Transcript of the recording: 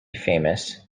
famous